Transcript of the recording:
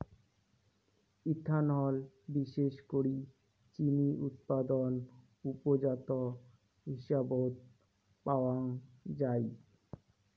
ethanol বিশেষ করি চিনি উৎপাদন উপজাত হিসাবত পাওয়াঙ যাই